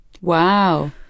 wow